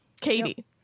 Katie